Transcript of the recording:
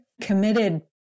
committed